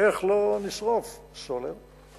איך לא נשרוף סולר,